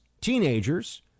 teenagers